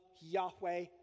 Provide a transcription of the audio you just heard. Yahweh